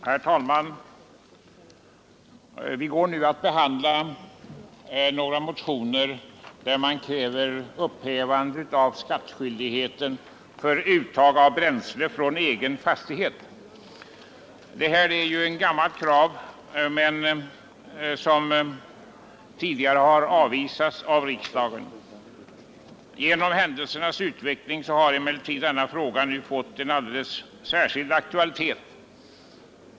Herr talman! Vi går nu att behandla några motioner i vilka krävs ett upphävande av skattskyldigheten för uttag av bränsle från egen fastighet. Det här är ett gammalt krav som tidigare har avvisats av riksdagen. Genom händelseutvecklingen har emellertid denna fråga nu fått en alldeles särskild aktualitet.